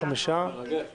5 נגד,